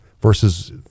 versus